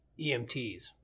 EMTs